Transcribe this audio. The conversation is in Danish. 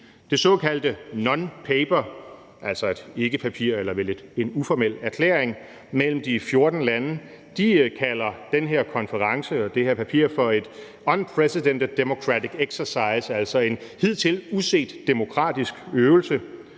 erklæring mellem de 14 lande, kalder de det her for en »unprecedented democratic exercise«, altså en hidtil uset demokratisk øvelse.